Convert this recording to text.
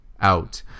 out